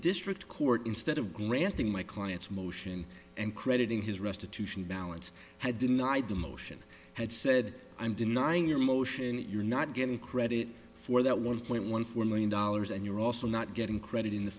district court instead of granting my client's motion and crediting his restitution balance had denied the motion had said i'm denying your motion that you're not getting credit for that one point one four million dollars and you're also not getting credit in the